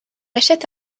achète